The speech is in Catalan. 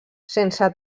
sense